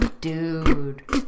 dude